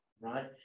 right